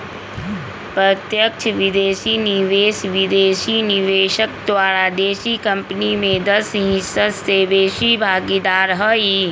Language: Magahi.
प्रत्यक्ष विदेशी निवेश विदेशी निवेशक द्वारा देशी कंपनी में दस हिस्स से बेशी भागीदार हइ